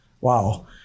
wow